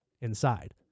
inside